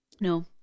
No